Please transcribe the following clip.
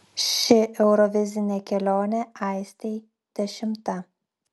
ši eurovizinė kelionė aistei dešimta